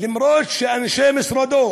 אף שאנשי משרדו,